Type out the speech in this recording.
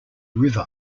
river